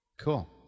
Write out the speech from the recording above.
Cool